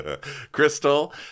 Crystal